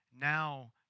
Now